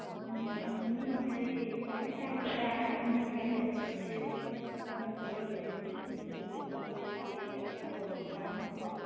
ꯎꯝ ꯑꯅꯤ ꯃꯈꯥꯏ ꯈ꯭ꯋꯥꯏꯗꯩ ꯇꯥꯡꯕꯗ ꯑꯅꯤ ꯃꯈꯥꯏ ꯑꯗꯨꯗꯒꯤ ꯑꯗꯨꯋꯥꯏꯗ ꯂꯩꯔꯦ ꯎꯗꯨ ꯑꯩꯈꯣꯏꯒꯤ ꯑꯐꯕ ꯈꯜꯂꯛꯑꯃꯤꯅꯀꯣ